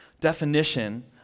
definition